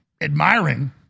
admiring